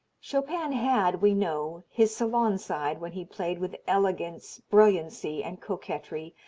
chopin had, we know, his salon side when he played with elegance, brilliancy and coquetry.